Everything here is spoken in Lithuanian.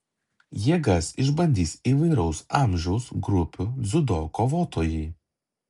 jėgas išbandys įvairaus amžiaus grupių dziudo kovotojai